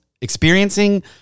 experiencing